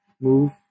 move